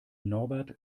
norbert